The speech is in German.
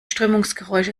strömungsgeräusche